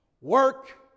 Work